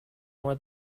more